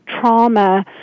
trauma